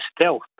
stealth